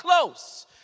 close